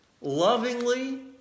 lovingly